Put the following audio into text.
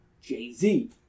Jay-Z